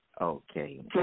Okay